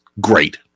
great